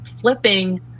flipping